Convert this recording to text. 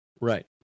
Right